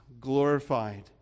glorified